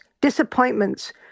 disappointments